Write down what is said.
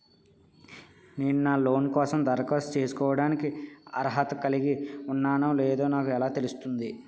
నేను లోన్ కోసం దరఖాస్తు చేసుకోవడానికి అర్హత కలిగి ఉన్నానో లేదో నాకు ఎలా తెలుస్తుంది?